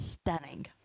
stunning